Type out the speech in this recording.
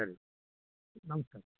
ಹಾಂ ಹಾಗೆ ಮಾಡಿರಿ ಜ